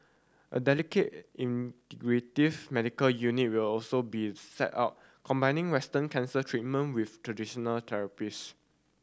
a dedicated integrative medical unit will also be set up combining Western cancer treatment with traditional therapies